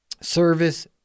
service